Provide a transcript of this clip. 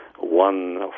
one